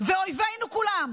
ואויבינו כולם,